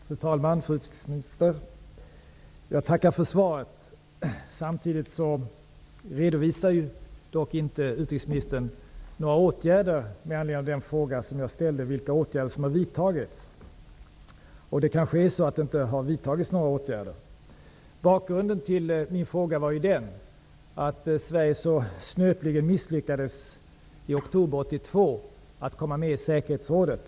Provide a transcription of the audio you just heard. Fru talman! Fru utrikesminister! Jag tackar för svaret. Utrikesministern redovisar dock inte vilka åtgärder som har vidtagits, trots att jag frågade om det. Det har kanske inte vidtagits några åtgärder. Bakgrunden till min fråga var att Sverige i oktober 1992 så snöpligen misslyckades med att komma med i säkerhetsrådet.